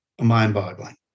mind-boggling